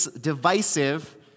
divisive